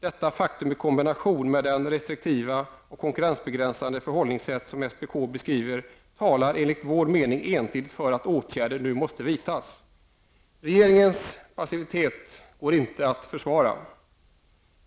Detta faktum i kombination med det restriktiva och konkurrensbegränsande förhållningssätt som SPK beskriver talar enligt vår mening entydigt för att åtgärder nu måste vidtas. Regeringens passivitet går inte att försvara.